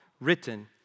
written